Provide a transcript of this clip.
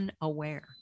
unaware